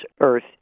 earth